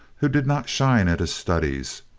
who did not shine at his studies,